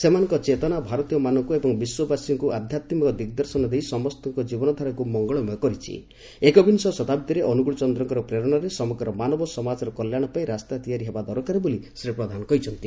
ସେମାନଙ୍କ ଚେତନା ଭାରତୀୟମାନଙ୍କୁ ଏବଂ ବିଶ୍ୱବାସୀଙ୍କୁ ଆଧ୍ଯାତ୍କିକ ଦିଗ୍ଦର୍ଶନ ଦେଇ ସମସ୍ତଙ୍କ ଜୀବନଧାରାକୁ ଅନୁକୂଳଚନ୍ଦ୍ରଙ୍କର ପ୍ରେରଶାରେ ସମଗ୍ର ମାନବ ସମାଜର କଲ୍ୟାଶ ପାଇଁ ରାସ୍ତା ତିଆରି ହେବା ଦରକାର ବୋଲି ଶ୍ରୀ ପ୍ରଧାନ କହିଛନ୍ତି